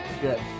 Good